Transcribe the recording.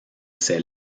ces